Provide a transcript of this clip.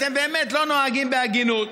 אתם באמת לא נוהגים בהגינות,